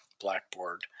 blackboard